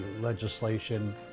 legislation